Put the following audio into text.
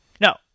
No